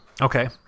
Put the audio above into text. Okay